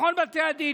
בכל בתי הדין,